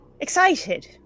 Excited